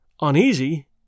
Uneasy